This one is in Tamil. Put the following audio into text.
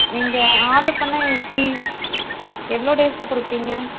நீங்கள் ஆட்ரு பண்ணால் எப்படி எவ்வளோ டேஸ்சில் கொடுப்பீங்க